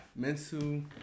Mensu